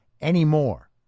anymore